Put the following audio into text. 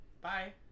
Bye